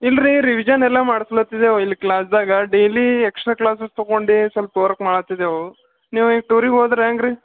ಇಲ್ಲರಿ ರಿವಿಷನ್ ಎಲ್ಲ ಮಾಡಸ್ಲತ್ತಿದೆವು ಇಲ್ಲಿ ಕ್ಲಾಸ್ದಾಗ ಡೈಲಿ ಎಕ್ಸ್ಟ್ರಾ ಕ್ಲಾಸಸ್ ತೊಗೊಂಡು ಸ್ವಲ್ಪ ವರ್ಕ್ ಮಾಡತ್ತಿದೆವು ನೀವು ಈಗ ಟೂರಿಗೆ ಹೋದ್ರೆ ಹ್ಯಾಂಗ್ರಿ